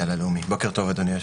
בוקר טוב, אדוני.